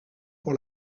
pour